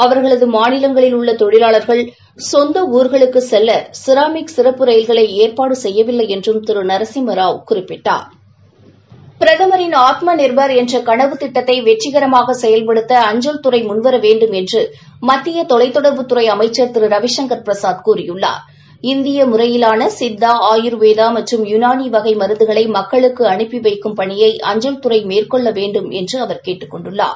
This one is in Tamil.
அவர்களது மாநிலங்களில் உள்ள தொழிலாளர்கள் சொந்த ஊர்களுக்கு ஷராமிக் ரயில்களில் ஏற்பாடுகள் செய்யவில்லை என்றும் திருநரசிம்ம ராவ் குறிப்பிட்டார் பிரதமரின் ஆத்ம நிரபார் என்ற கனவுத்திட்டத்தை வெற்றிகரமாக செயல்படுத்த அஞ்சல் துறை முன்வர வேண்டும் என்று மத்திய தொலைத் தொடர்புத் துறை அமைச்சர் திரு ரவி சங்கர் பிரசாத் கூறியுள்ளார் இந்திய முறையிலாள சித்தா ஆயுர்வேதா மற்றும் யுனானி வகை மருந்துகளை மக்களுக்கு அனுப்பி வைக்கும் பணியை அஞ்சல் துறை மேற்கொள்ள வேண்டும் என்று கூறினார்